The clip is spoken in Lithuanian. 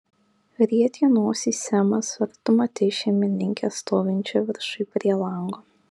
rietė nosį semas ar tu matei šeimininkę stovinčią viršuj prie lango